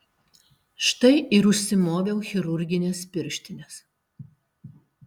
štai ir užsimoviau chirurgines pirštines